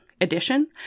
edition